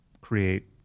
create